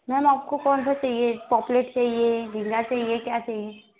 ma'am आपको कौन सा चाहिए पॉप्लेट चाहिए झींगा चाहिए क्या चाहिए